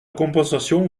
compensation